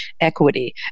equity